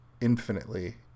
infinitely